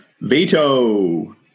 Veto